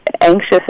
anxious